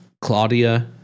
Claudia